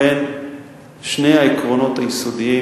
שני העקרונות היסודיים